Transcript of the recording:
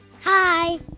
Hi